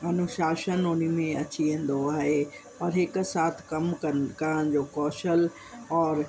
अनुशासन उनमें अची वेंदो आहे और हिक साथ कम करण जो कौशलु और